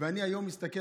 ואני היום מסתכל,